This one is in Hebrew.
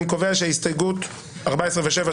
אני קובע שהסתייגויות 14 ו-7,